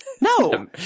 No